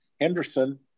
Henderson